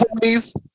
please